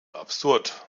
absurd